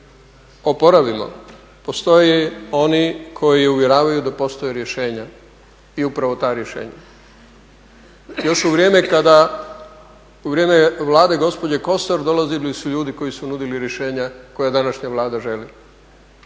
oporavimo postoje oni koji uvjeravaju da postoje rješenja i upravo ta rješenja. Još u vrijeme kada, u vrijeme Vlade gospođe Kosor dolazili su ljudi koji su nudili rješenja koja današnja Vlada želi